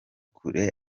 kure